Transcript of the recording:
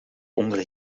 onder